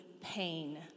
pain